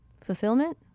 Fulfillment